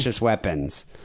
weapons